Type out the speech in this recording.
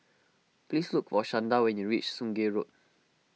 please look for Shanda when you reach Sungei Road